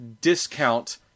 discount